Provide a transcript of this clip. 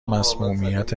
مصمومیت